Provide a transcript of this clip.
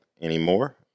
anymore